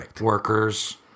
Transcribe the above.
workers